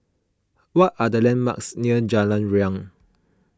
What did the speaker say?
what are the landmarks near Jalan Riang